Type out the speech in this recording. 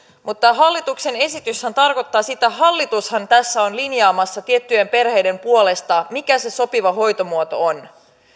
mutta tämä hallituksen esityshän tarkoittaa sitä että hallitushan tässä on linjaamassa tiettyjen perheiden puolesta mikä se sopiva hoitomuoto on